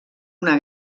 una